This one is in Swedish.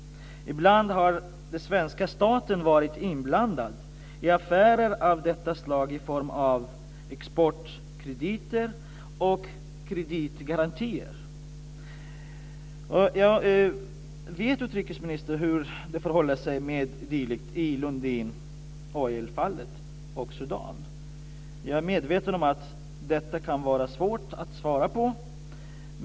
Ibland har svenska staten varit inblandad i affärer av detta slag i form av exportkrediter och kreditgarantier. Vet utrikesministern hur det förhåller sig med dylikt i fallet Lundin Oil och Sudan? Jag är medveten om att det kan vara svårt att svara på.